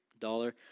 dollar